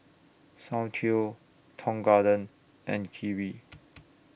Soundteoh Tong Garden and Kiwi